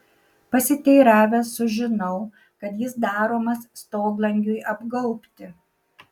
pasiteiravęs sužinau kad jis daromas stoglangiui apgaubti